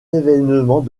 événements